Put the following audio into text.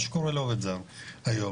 מה שקורה לעובד הזר היום,